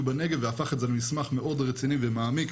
בנגב והפך את זה למסמך מאוד רציני ומעמיק,